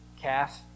calf